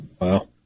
Wow